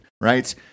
Right